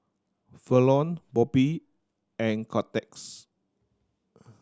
Falon Bobby and Cortez